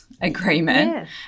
agreement